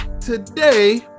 Today